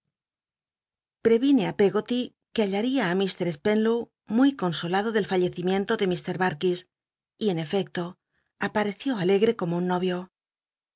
i peggoly que hallaría i ir spenlow muy consolado del fallecimiento de ir ilc y en efecto apateció aleg e como un no